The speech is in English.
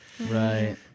Right